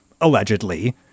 allegedly